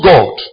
God